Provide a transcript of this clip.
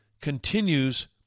continues